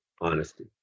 honesty